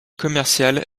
commerciale